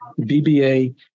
BBA